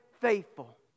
faithful